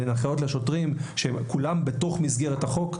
הפעלות לשוטרים שכולם בתוך מסגרת החוק,